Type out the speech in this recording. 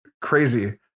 crazy